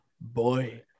boy